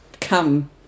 come